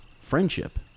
friendship